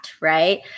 right